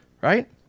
right